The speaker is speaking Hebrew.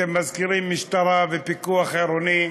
אתם מזכירים משטרה ופיקוח עירוני,